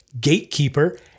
gatekeeper